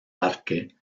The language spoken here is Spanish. parque